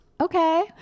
okay